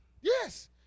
Yes